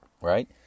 Right